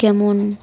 কেমন